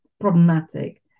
problematic